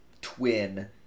twin